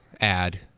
add